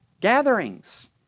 gatherings